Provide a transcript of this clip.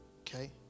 Okay